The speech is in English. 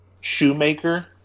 shoemaker